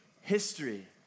history